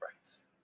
rights